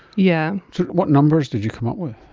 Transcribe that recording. yeah so what numbers did you come up with?